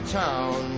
town